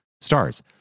Stars